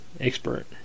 expert